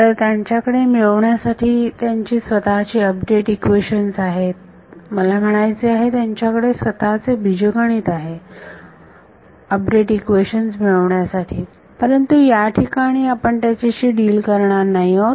तर त्यांच्याकडे मिळवण्यासाठी त्यांची स्वतःची अपडेट इक्वेशन्स आहेत मला म्हणायचे आहे त्यांच्याकडे त्यांचे स्वतःचे बीजगणित आहे अपडेट इक्वेशन्स मिळवण्यासाठी परंतु या ठिकाणी आपण त्याच्याशी डील करणार नाही आहोत